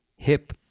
hip